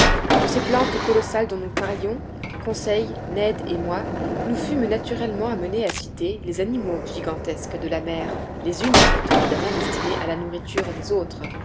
de ces plantes colossales dont nous parlions conseil ned et moi nous fûmes naturellement amenés à citer les animaux gigantesques de la mer les unes sont évidemment destinées à la nourriture des autres